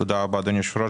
תודה רבה, אדוני היושב-ראש.